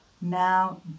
now